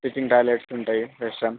sitting toilets ఉంటాయి western